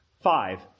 Five